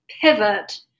pivot